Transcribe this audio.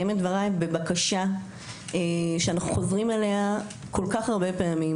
בקשה שאנחנו חוזרים עליה כל כך הרבה פעמים,